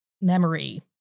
memory